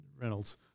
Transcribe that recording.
Reynolds